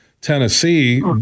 Tennessee